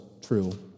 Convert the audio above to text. true